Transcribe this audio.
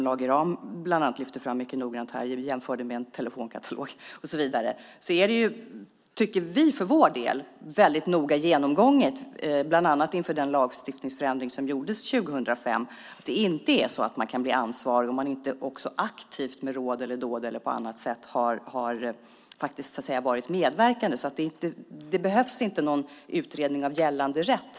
Lage Rahm lyfte fram det mycket noggrant och jämförde med en telefonkatalog. Vi tycker för vår del att det är väldigt noga genomgånget, bland annat inför den lagstiftningsändring som gjordes 2005, och att det inte är så att man kan bli ansvarig om man inte aktivt med råd eller dåd eller på annat sätt har varit medverkande. Det behövs därför inte någon utredning av gällande rätt.